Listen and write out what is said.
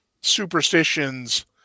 superstitions